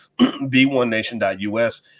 B1Nation.us